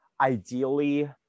ideally